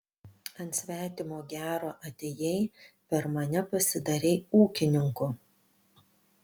ant svetimo gero atėjai per mane pasidarei ūkininku